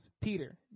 Peter